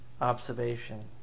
observation